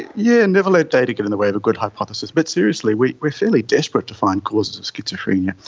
yeah never let data get in the way of a good hypothesis. but seriously, we are fairly desperate to find causes of schizophrenia,